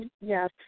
Yes